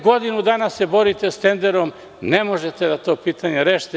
Godinu dana se borite sa tenderom i ne možete da to pitanje rešite.